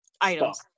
items